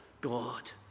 God